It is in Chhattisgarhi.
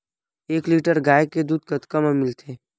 एक लीटर गाय के दुध कतका म मिलथे?